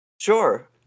Sure